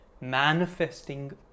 manifesting